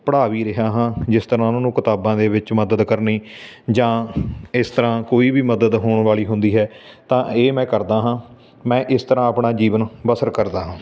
ਪੜ੍ਹਾ ਵੀ ਰਿਹਾ ਹਾਂ ਜਿਸ ਤਰ੍ਹਾਂ ਉਹਨਾਂ ਨੂੰ ਕਿਤਾਬਾਂ ਦੇ ਵਿੱਚ ਮਦਦ ਕਰਨੀ ਜਾਂ ਇਸ ਤਰ੍ਹਾਂ ਕੋਈ ਵੀ ਮਦਦ ਹੋਣ ਵਾਲੀ ਹੁੰਦੀ ਹੈ ਤਾਂ ਇਹ ਮੈਂ ਕਰਦਾ ਹਾਂ ਮੈਂ ਇਸ ਤਰ੍ਹਾਂ ਆਪਣਾ ਜੀਵਨ ਬਸਰ ਕਰਦਾ ਹਾਂ